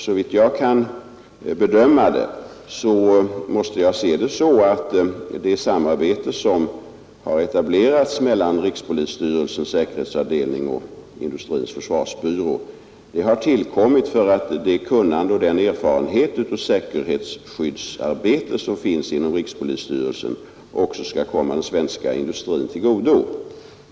Såvitt jag kan bedöma har det samarbete som etablerats mellan rikspolisstyrelsens säkerhetsavdelning och Industrins försvarsbyrå tillkommit för att det kunnande och den erfarenhet av säkerhetsarbete som finns inom rikspolisstyrelsen också skall komma den svenska industrin till godo.